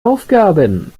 aufgaben